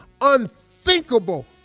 unthinkable